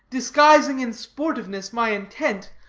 disguising in sportiveness my intent,